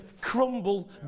crumble